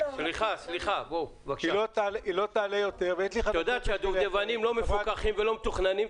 ויש לי חדשות --- הדובדבנים לא מפוקחים ולא מתוכננים,